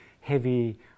heavy